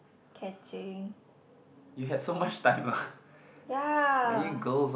catching ya